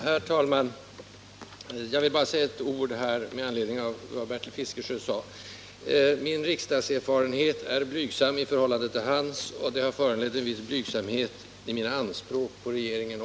Herr talman! Bara några ord med anledning av vad Bertil Fiskesjö sade. Min riksdagserfarenhet är blygsam i förhållande till hans. Det har föranlett en viss blygsamhet också i mina anspråk på regeringen.